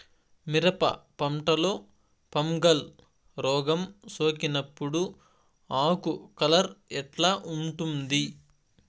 మిరప పంటలో ఫంగల్ రోగం సోకినప్పుడు ఆకు కలర్ ఎట్లా ఉంటుంది?